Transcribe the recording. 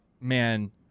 man